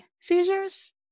seizures